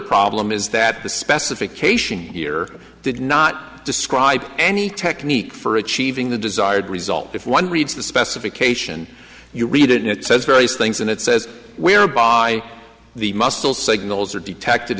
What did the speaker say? problem is that the specification here did not describe any technique for achieving the desired result if one reads the specification you read it it says various things and it says we are by the muscle signals are detected